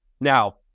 Now